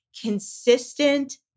consistent